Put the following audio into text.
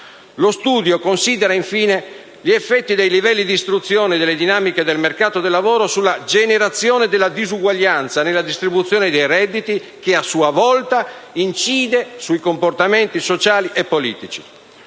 Lo studio considera, infine, gli effetti dei livelli di istruzione e delle dinamiche del mercato del lavoro sulla generazione della disuguaglianza nella distribuzione dei redditi, che a sua volta incide sui comportamenti sociali e politici.